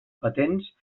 patents